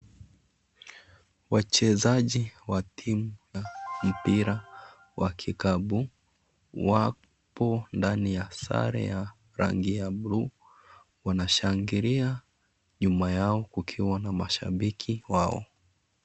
Wachezaji wa timu ya mpira wa kikapu wapo ndani ya sare ya rangi ya bluu wanashangilia nyuma yao kukiwa na mashabiki wao.